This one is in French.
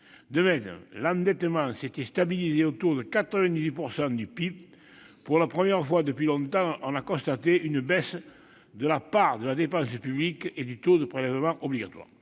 De même, l'endettement s'était stabilisé autour de 98 % du PIB, et, pour la première fois depuis longtemps, on a constaté une baisse de la part de la dépense publique dans la richesse nationale,